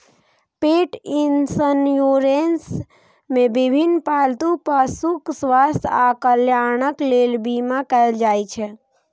पेट इंश्योरेंस मे विभिन्न पालतू पशुक स्वास्थ्य आ कल्याणक लेल बीमा कैल जाइ छै